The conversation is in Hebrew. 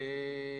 תודה.